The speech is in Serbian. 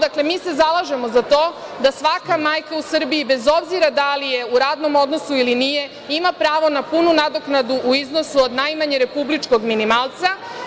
Dakle, mi se zalažemo za to da svaka majka u Srbiji, bez obzira da li je u radnom odnosu ili nije, ima pravo na punu nadoknadu u iznosu od najmanje republičkog minimalca.